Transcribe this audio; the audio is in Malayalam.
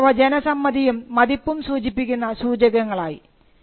പിന്നീട് അവ ജനസമ്മതിയും മതിപ്പും സൂചിപ്പിക്കുന്ന സൂചകങ്ങളായി